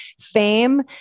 fame